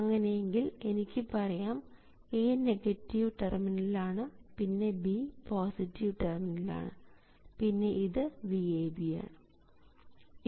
അങ്ങനെയെങ്കിൽ എനിക്ക് പറയാം A നെഗറ്റീവ് ടെർമിനലാണ് പിന്നെ B പോസിറ്റീവ് ടെർമിനലാണ് പിന്നെ ഇത് VAB ആണ് എന്ന്